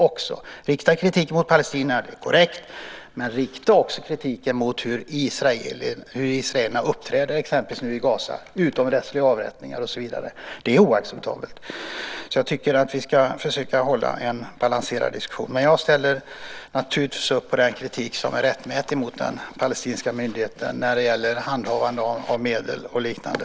Att rikta kritik mot palestinierna är korrekt, men kritisera också hur israelerna uppträder exempelvis i Gaza med utomrättsliga avrättningar och så vidare. Det är oacceptabelt. Jag tycker alltså att vi ska försöka hålla en balanserad diskussion, men jag ställer naturligtvis upp på den kritik som är rättmätig mot den palestinska myndigheten när det gäller handhavande av medel och liknande.